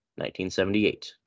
1978